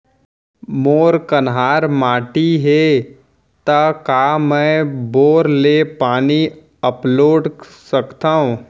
मोर कन्हार माटी हे, त का मैं बोर ले पानी अपलोड सकथव?